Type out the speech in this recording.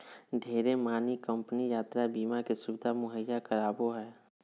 ढेरे मानी कम्पनी यात्रा बीमा के सुविधा मुहैया करावो हय